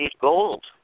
gold